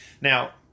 Now